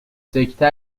سکته